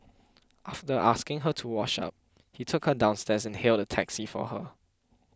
after asking her to wash up he took her downstairs and hailed a taxi for her